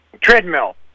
treadmill